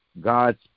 God's